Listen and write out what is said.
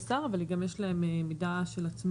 אבל כעיקרון יש להם כפיפות לשר אבל גם יש להם מידה של עצמאות.